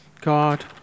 God